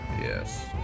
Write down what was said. yes